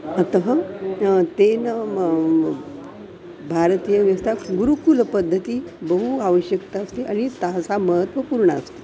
अतः तेन भारतीयव्यवस्था गुरुकुलपद्धतेः बहु आवश्यकता अस्ति अणी ताः सा महत्वपूर्णा अस्ति